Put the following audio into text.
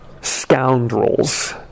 scoundrels